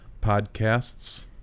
podcasts